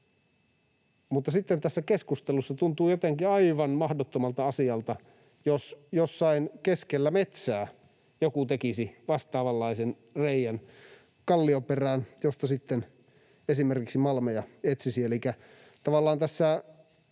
tässä keskustelussa tuntuu jotenkin aivan mahdottomalta asialta, jos jossain keskellä metsää joku tekisi vastaavanlaisen reiän kallioperään, josta sitten esimerkiksi malmeja etsisi.